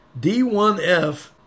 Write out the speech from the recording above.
D1F